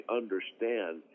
understand